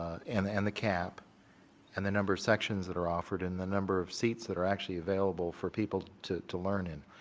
and and the cap and the number of sections that are offered and the number of seats that are actually available for people to to learn in,